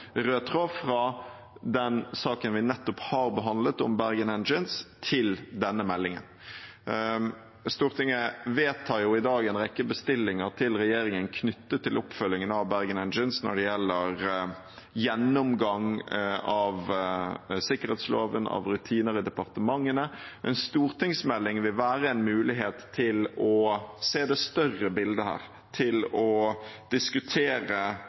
fra den saken vi nettopp har behandlet om Bergen Engines, til denne meldingen. Stortinget vedtar i dag en rekke bestillinger til regjeringen knyttet til oppfølgingen av Bergen Engines når det gjelder gjennomgang av sikkerhetsloven, av rutiner i departementene. En stortingsmelding vil være en mulighet til å se det større bildet her, til å diskutere